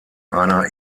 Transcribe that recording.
einer